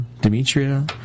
Demetria